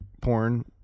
porn